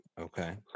Okay